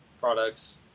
products